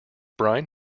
brine